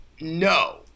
no